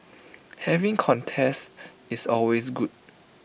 having contests is always good